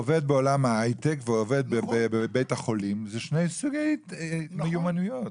עובד בעולם ההייטק ועובד בבית החולים זה שני סוגי מיומנויות.